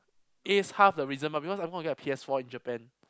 that is half of the reason why because I'm going to get a P_S-four in Japan